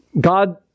God